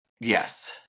yes